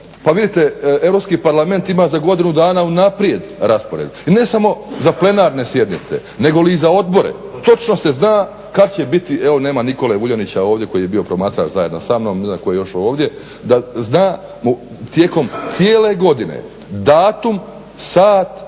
Pa vidite, Europski parlament ima za godinu dana unaprijed raspored i ne samo za plenarne sjednice nego i za odbore. Točno se zna kad će biti, evo nema Nikole Vuljanića ovdje koji je bio promatrač zajedno sa mnom, ne znam tko još ovdje, da zna tijekom cijele godine datum, sat